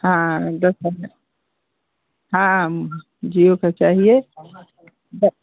हाँ दस हजार हाँ जिओ का चाहिए द